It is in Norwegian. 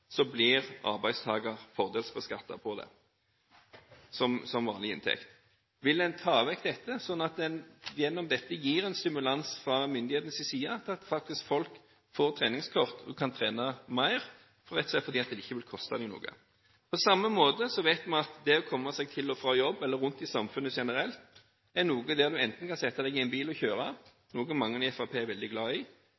en stimulans til at folk faktisk får treningskort og kan trene mer, rett og slett fordi det ikke vil koste dem noe? På samme måte vet vi at å komme seg til og fra jobb eller rundt i samfunnet generelt er noe du enten kan gjøre ved å sette deg i en bil og kjøre,